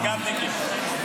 מג"בניקים?